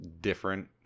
different